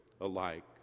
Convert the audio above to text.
alike